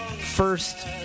First